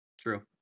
True